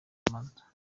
abanza